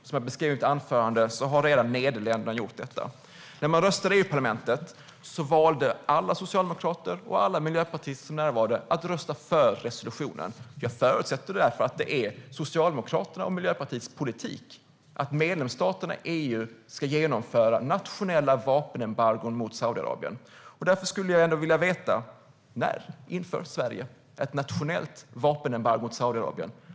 Som jag beskrev i mitt anförande har Nederländerna redan gjort detta. När man röstade i EU-parlamentet valde alla socialdemokrater och miljöpartister som närvarade att rösta för resolutionen. Jag förutsätter därför att det är Socialdemokraternas och Miljöpartiets politik att medlemsstaterna i EU ska genomföra nationella vapenembargon mot Saudiarabien. Strategisk export-kontroll 2015 - krigsmateriel och produkter med dubbla användningsområden Därför skulle jag vilja veta: När inför Sverige ett nationellt vapenembargo mot Saudiarabien?